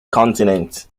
continent